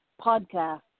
podcast